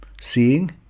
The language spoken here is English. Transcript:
Seeing